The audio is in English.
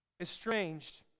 estranged